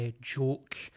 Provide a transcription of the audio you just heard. joke